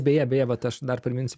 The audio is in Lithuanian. beje beje vat aš dar priminsiu